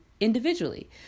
individually